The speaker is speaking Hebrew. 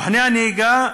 בוחני הנהיגה